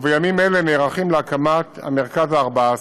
ובימים אלה נערכים להקמת המרכז ה-14.